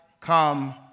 come